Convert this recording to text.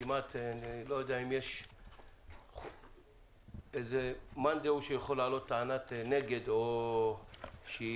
לא חושב שיכול לבוא מאן דהוא ולהעלות טענת נגד שאומרת